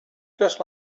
just